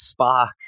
Spock